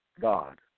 God